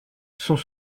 sont